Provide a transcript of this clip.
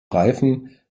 reifen